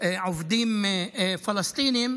עובדים פלסטינים,